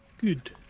Good